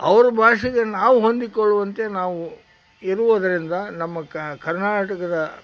ಅವರ ಭಾಷೆಗೆ ನಾವು ಹೊಂದಿಕೊಳ್ಳುವಂತೆ ನಾವು ಇರುವುದರಿಂದ ನಮ್ಮ ಕರ್ನಾಟಕದ